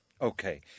Okay